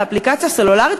לאפליקציה סלולרית,